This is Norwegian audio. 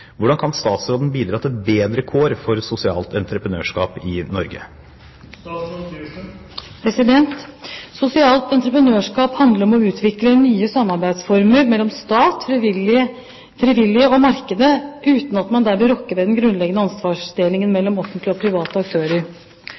Hvordan kan statsråden bidra til bedre kår for sosialt entreprenørskap i Norge?» Sosialt entreprenørskap handler om å utvikle nye samarbeidsformer mellom stat, frivillige og markedet, uten at man derved rokker ved den grunnleggende ansvarsdelingen mellom offentlige og private aktører.